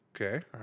Okay